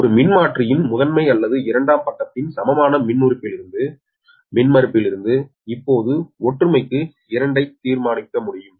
ஒரு மின்மாற்றியின் முதன்மை அல்லது இரண்டாம் பக்கத்தின் சமமான மின்மறுப்பிலிருந்து இப்போது ஒற்றுமைக்கு Z ஐ தீர்மானிக்க முடியும்